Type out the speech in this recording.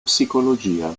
psicologia